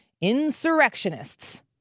insurrectionists